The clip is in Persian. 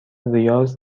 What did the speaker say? ریاض